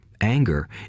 anger